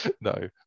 no